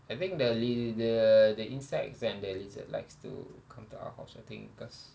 I think the li~ the the insects and lizard likes to come to our house I think cause